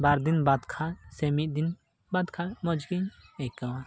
ᱵᱟᱨ ᱫᱤᱱ ᱵᱟᱫᱽ ᱠᱷᱟᱱ ᱥᱮ ᱢᱤᱫ ᱫᱤᱱ ᱵᱟᱫᱽ ᱠᱷᱟᱱ ᱢᱚᱡᱽ ᱜᱤᱧ ᱟᱹᱭᱠᱟᱹᱣᱟ